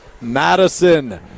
Madison